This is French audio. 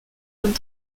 comme